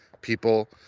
people